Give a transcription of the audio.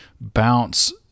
bounce